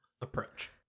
approach